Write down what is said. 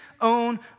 own